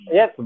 Yes